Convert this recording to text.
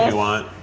want.